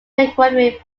graduate